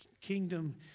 kingdom